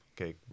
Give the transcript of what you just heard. okay